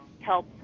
help